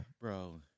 Bro